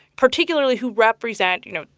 particularly who represent you know,